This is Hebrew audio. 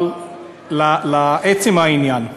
אבל לעצם העניין,